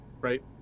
Right